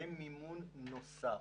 זה מימון נוסף.